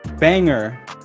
Banger